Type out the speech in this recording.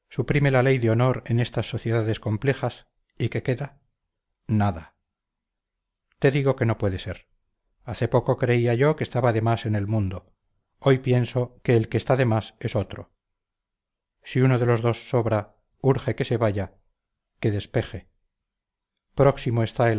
suprime la ley de honor en estas sociedades complejas y qué queda nada te digo que no puede ser hace poco creía yo que estaba de más en el mundo hoy pienso que el que está de más es otro si uno de los dos sobra urge que se vaya que despeje próximo está